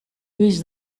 lluís